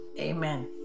Amen